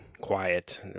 quiet